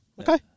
okay